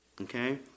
okay